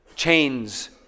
Chains